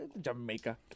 Jamaica